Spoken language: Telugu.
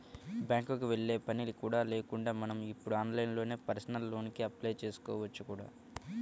బ్యాంకుకి వెళ్ళే పని కూడా లేకుండా మనం ఇప్పుడు ఆన్లైన్లోనే పర్సనల్ లోన్ కి అప్లై చేసుకోవచ్చు కూడా